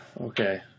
Okay